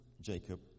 Jacob